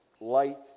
light